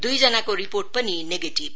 दुईजनाको रिपोर्ट पनि नेगटीब